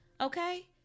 Okay